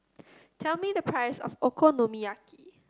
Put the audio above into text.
tell me the price of Okonomiyaki